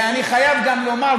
ואני חייב לומר,